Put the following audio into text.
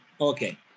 okay